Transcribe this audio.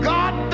God